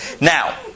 Now